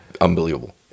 unbelievable